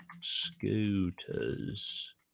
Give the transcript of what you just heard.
scooters